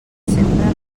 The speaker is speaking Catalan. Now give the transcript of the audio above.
sempre